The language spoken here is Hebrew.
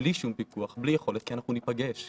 בלי שום פיקוח כי אנחנו ניפגש,